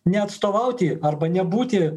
neatstovauti arba nebūti